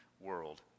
world